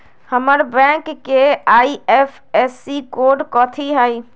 हमर बैंक के IFSC code कथि हई?